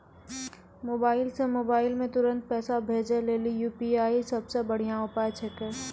mobile से mobile मे तुरन्त पैसा भेजे लेली यू.पी.आई सबसे बढ़िया उपाय छिकै